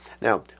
Now